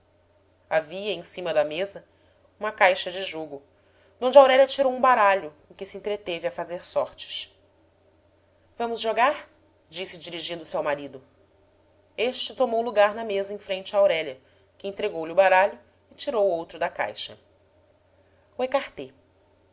havia em cima da mesa uma caixa de jogo donde aurélia tirou um baralho com que se entreteve a fazer sortes vamos jogar disse dirigindo-se ao marido este tomou lugar na mesa em frente a aurélia que entregou-lhe o baralho e tirou outro da caixa o écarté